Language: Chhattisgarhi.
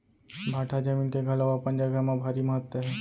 भाठा जमीन के घलौ अपन जघा म भारी महत्ता हे